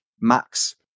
max